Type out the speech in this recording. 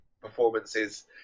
performances